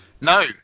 no